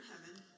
heaven